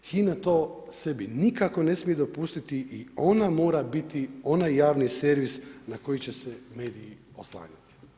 HINA to sebi nikako ne smije dopustiti i ona mora biti onaj javni servis na koji će se mediji oslanjati.